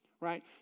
right